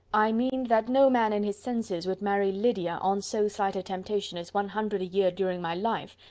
i mean, that no man in his senses would marry lydia on so slight a temptation as one hundred a year during my life,